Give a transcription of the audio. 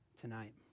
tonight